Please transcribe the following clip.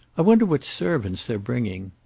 i wonder what servants they're bringing.